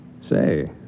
Say